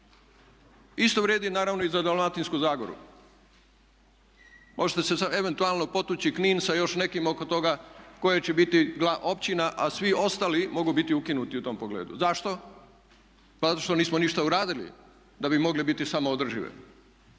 Isto vrijedi naravno i za Dalmatinsku zagoru. Možete eventualno potući Knin sa još nekim oko toga koji će biti općina, a svi ostali mogu biti ukinuti u tom pogledu. Zašto? Pa zato što nismo ništa uradili da bi mogli biti samoodrživi,